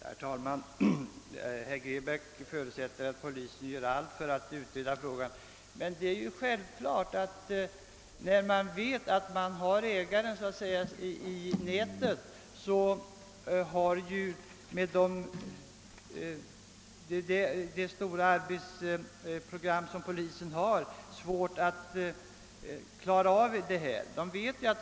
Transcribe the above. Herr talman! Herr Grebäck förutsät ter att polisen gör allt för att utreda skulden. Men det är självklart att när polisen vet att den har ägaren så att säga i nätet blir den med sitt stora arbetsprogram mindre benägen att ta iiu med denna utredning.